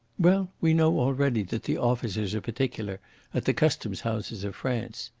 well, we know already that the officers are particular at the custom houses of france.